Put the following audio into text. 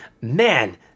man